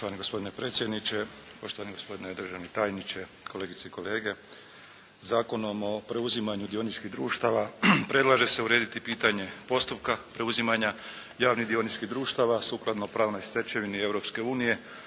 Poštovani gospodine predsjedniče, poštovani gospodine državni tajniče, kolegice i kolege. Zakonom o preuzimanju dioničkih društava predlaže se urediti pitanje postupka preuzimanja javnih dioničkih društava sukladno pravnoj stečevini Europske unije,